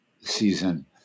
season